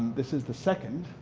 this is the second.